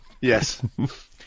yes